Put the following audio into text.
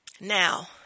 Now